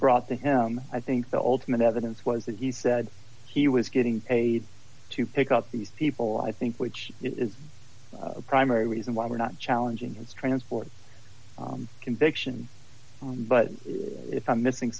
brought to him i think the ultimate evidence was that he said he was getting paid to pick up these people i think which is the primary reason why we're not challenging his transport conviction but if i'm missing